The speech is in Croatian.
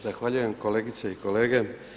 Zahvaljujem kolegice i kolege.